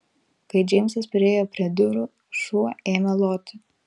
kai džeimsas priėjo prie durų šuo ėmė loti